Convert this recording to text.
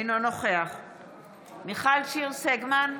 אינו נוכח מיכל שיר סגמן,